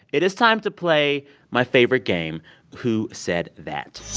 it is time to play my favorite game who said that